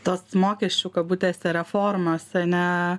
tas mokesčių kabutėse reformas ne